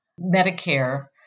Medicare